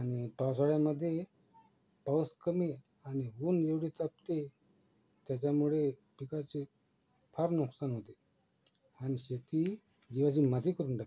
आणि पावसाळ्यामध्ये पावस कमी आणि ऊन एवढे तापते त्याच्यामुळे पिकाचे फार नुकसान होते आणि शेती जीवाची माती करून टाकते